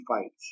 Fights